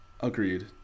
Agreed